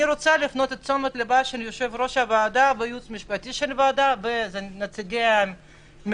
אני רוצה להפנות את תשומת לב הוועדה ונציגי הממשלה.